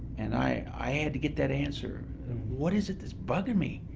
and i had to get that answer what is it that's bugging me?